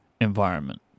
environment